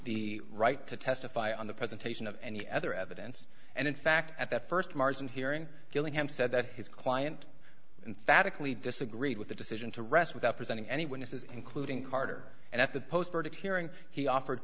the right to testify on the presentation of any other evidence and in fact at that first margin hearing gillingham said that his client and phatak lee disagreed with the decision to rest without presenting any witnesses including carter and at the post verdict hearing he offered